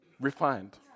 refined